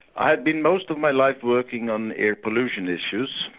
i've been most of my life working on air pollution issues,